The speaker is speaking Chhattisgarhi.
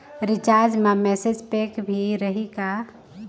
रिचार्ज मा मैसेज पैक भी रही का?